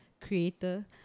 creator